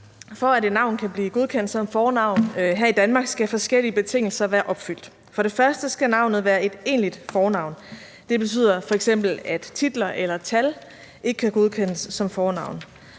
For at et navn kan blive godkendt som fornavn her i Danmark, skal forskellige betingelser være opfyldt. For det første skal navnet være et egentligt fornavn. Det betyder f.eks., at titler eller tal ikke kan godkendes som fornavne.